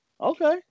Okay